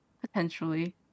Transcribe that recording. Potentially